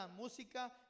música